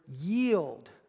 yield